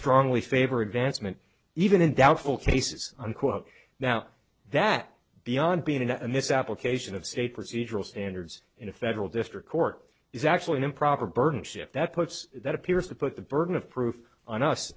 strongly favor advancement even in doubtful cases unquote now that beyond being in a misapplication of state procedural standards in a federal district court is actually an improper burden shift that puts that appears to put the burden of proof on us